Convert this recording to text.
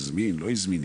הזמין לא הזמין,